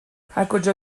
هرکجا